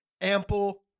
ample